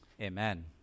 Amen